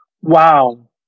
Wow